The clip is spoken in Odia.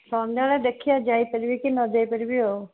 ସନ୍ଧ୍ୟାରେ ଦେଖିବା ଯାଇପାରିବିକି ନଯାଇପାରିବି ଆଉ